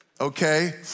Okay